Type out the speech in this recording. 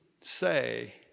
say